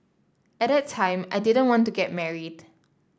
at that time I didn't want to get married